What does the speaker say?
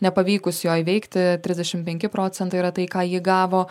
nepavykus jo įveikti trisdešim penki procentai yra tai ką ji gavo